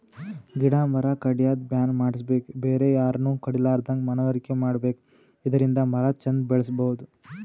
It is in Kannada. ಗಿಡ ಮರ ಕಡ್ಯದ್ ಬ್ಯಾನ್ ಮಾಡ್ಸಬೇಕ್ ಬೇರೆ ಯಾರನು ಕಡಿಲಾರದಂಗ್ ಮನವರಿಕೆ ಮಾಡ್ಬೇಕ್ ಇದರಿಂದ ಮರ ಚಂದ್ ಬೆಳಸಬಹುದ್